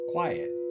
quiet